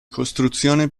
costruzione